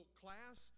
class